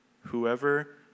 whoever